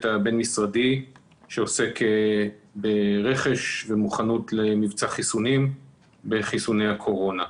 הבין-משרדי שעוסק ברכש ומוכנות למבצע חיסונים בחיסוני הקורונה.